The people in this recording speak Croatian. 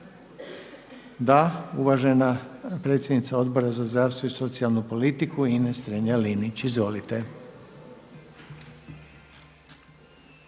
Da. Uvažena predsjednica Odbora za zdravstvo i socijalnu politiku Ines Strenja Linić, izvolite.